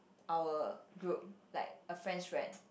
our group like a friend's friend